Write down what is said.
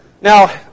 Now